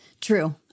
True